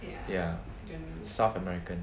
ya south american